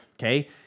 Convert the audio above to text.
okay